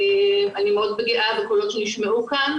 אני מאוד גאה בקולות שנשמעו כאן.